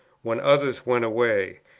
when others went away,